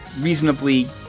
reasonably